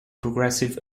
progressive